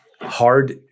hard